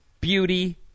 Beauty